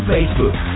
Facebook